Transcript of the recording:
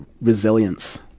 resilience